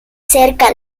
cerca